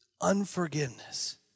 Unforgiveness